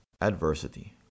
Adversity